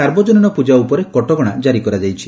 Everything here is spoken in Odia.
ସାର୍ବଜନୀନ ପ୍ରକା ଉପରେ କଟକଣା ଜାରି କରାଯାଇଛି